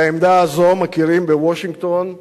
את העמדה הזאת מכירים בוושינגטון,